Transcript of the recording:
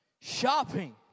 shopping